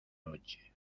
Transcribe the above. noche